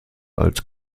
als